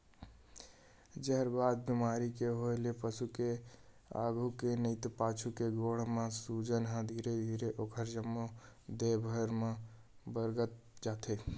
जहरबाद बेमारी के होय ले पसु के आघू के नइते पाछू के गोड़ म सूजन ह धीरे धीरे ओखर जम्मो देहे भर म बगरत जाथे